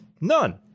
None